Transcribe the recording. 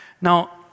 Now